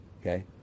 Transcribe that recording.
okay